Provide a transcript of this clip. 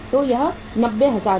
तो यह 90000 रु